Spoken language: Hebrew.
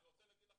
אני רוצה להגיד לך